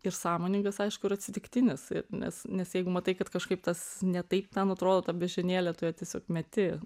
ir sąmoningas aišku ir atsitiktinis nes nes jeigu matai kad kažkaip tas ne taip ten atrodo ta beždžionėlė tu ją tiesiog meti